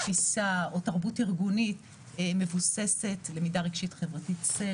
היא תפיסה או תרבות ארגונית מבוססת למידה רגשית-חברתית (SEL),